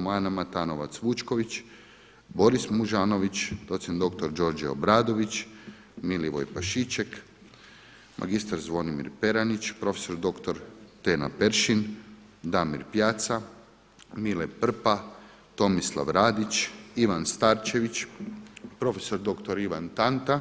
Matanovac Vučković, Boris Mužanović, doc.dr. Đorđe Obradović, Milivoj Pašiček, mr. Zoran Peranić, prof.dr. Tena Peršin, Damir Pjaca, Mile Prpa, Tomislav Radić, Ivan Starčević, prof.dr. Ivan TAnta,